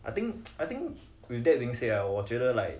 I think I think with that being say ah 我觉得 like